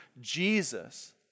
Jesus